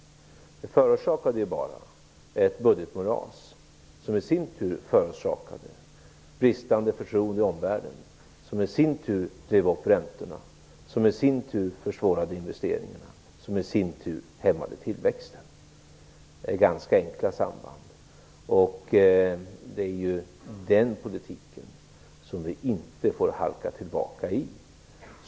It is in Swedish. Men det förorsakade bara ett budgetmoras, som i sin tur förorsakade bristande förtroende i omvärlden, som i sin tur drev upp räntorna, som i sin tur försvårade investeringarna, som i sin tur hämmade tillväxten. Detta är ganska enkla samband. Det är den politiken som vi inte får halka tillbaka i.